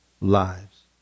lives